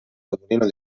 tavolino